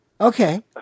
Okay